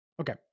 Okay